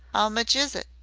ow much is it?